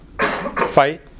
fight